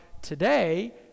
today